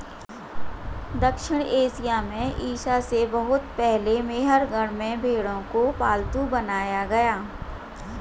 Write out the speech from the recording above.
दक्षिण एशिया में ईसा से बहुत पहले मेहरगढ़ में भेंड़ों को पालतू बनाया गया